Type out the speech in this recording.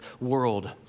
world